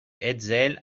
hetzel